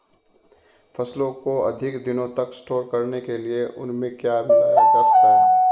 फसलों को अधिक दिनों तक स्टोर करने के लिए उनमें क्या मिलाया जा सकता है?